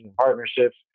partnerships